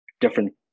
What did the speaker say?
different